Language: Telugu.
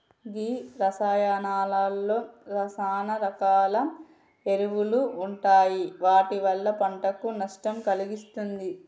గీ రసాయానాలలో సాన రకాల ఎరువులు ఉంటాయి వాటి వల్ల పంటకు నష్టం కలిగిస్తుంది